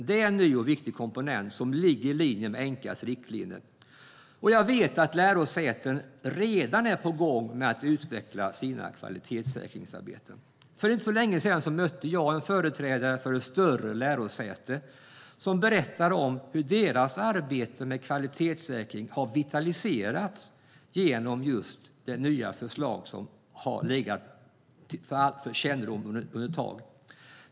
Det är en ny och viktig komponent som ligger i linje med ENQA:s riktlinjer. Jag vet att lärosäten redan är på gång med att utveckla sina kvalitetssäkringsarbeten. För inte så länge sedan mötte jag en företrädare för ett större lärosäte som berättade om hur deras arbete med kvalitetssäkring har vitaliserats genom det nya förslag som har legat för kännedom ett tag.